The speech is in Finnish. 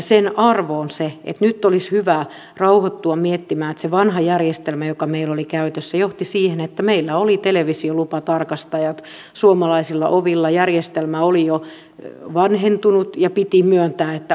sen arvo on se että nyt olisi hyvä rauhoittua miettimään että se vanha järjestelmä joka meillä oli käytössä johti siihen että meillä oli televisiolupatarkastajat suomalaisilla ovilla järjestelmä oli jo vanhentunut ja piti myöntää että uutta tarvittiin